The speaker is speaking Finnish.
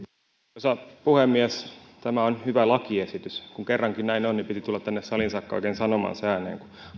arvoisa puhemies tämä on hyvä lakiesitys kun kerrankin näin on piti tulla tänne saliin saakka oikein sanomaan se ääneen kun